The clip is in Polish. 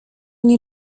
nie